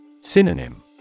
Synonym